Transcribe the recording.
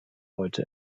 heute